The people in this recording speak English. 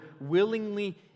willingly